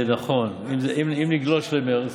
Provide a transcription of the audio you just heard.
נכון, אם נגלוש למרץ.